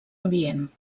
ambient